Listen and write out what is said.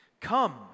Come